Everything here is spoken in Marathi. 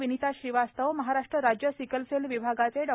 विनीता श्रीवास्तव महाराष्ट्र राज्य सिकलसेल विभागाचे डॉ